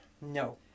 No